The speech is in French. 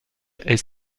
est